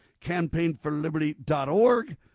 campaignforliberty.org